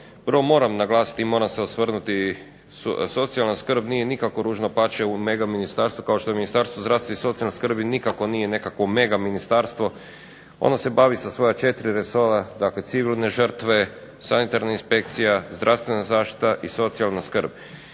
Prvo moram naglasiti i moram se osvrnuti socijalna skrb nije nikakvo "ružno pače" u mega ministarstvu, kao što Ministarstvo zdravstva i socijalne skrbi nikako nije nekakvo mega ministarstvo. Ono se bavi sa svoja 4 resora, dakle civilne žrtve, sanitarna inspekcija, zdravstvena zaštita i socijalna skrb.